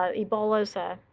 um ebola's a